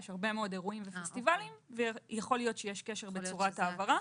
יש הרבה מאוד אירועים ופסטיבלים ויכול להיות שיש קשר בצורת ההעברה.